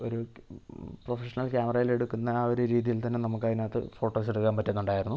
ഒരു പ്രൊഫഷണൽ ക്യാമറയിൽ എടുക്കുന്ന ആ ഒരു രീതിയിൽ തന്നെ നമുക്ക് അതിനകത്ത് ഫോട്ടോസ് എടുക്കാൻ പറ്റുന്നുണ്ടായിരുന്നു